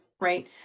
Right